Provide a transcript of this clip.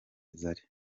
zari